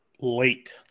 late